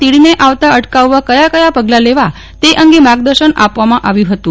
તીડને આવતા અટકાવવા કથા કથા પગલા લેવા તે અંગે માર્ગદર્શન આપવામાં આવ્યું હતું